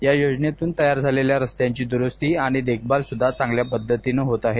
या योजनेतून तयार झालेल्या दुरुस्ती आणि देखभालसुद्धा चांगल्या पद्धतीन होत आहे